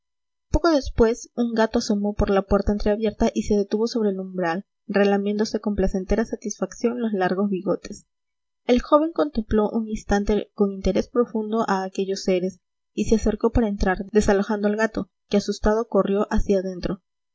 poco después un gato asomó por la puerta entreabierta y se detuvo sobre el umbral relamiéndose con placentera satisfacción los largos bigotes el joven contempló un instante con interés profundo a aquellos seres y se acercó para entrar desalojando al gato que asustado corrió hacia dentro